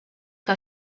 que